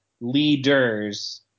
leaders